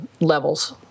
levels